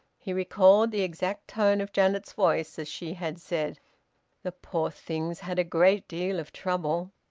he recalled the exact tone of janet's voice as she had said the poor thing's had a great deal of trouble.